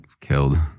killed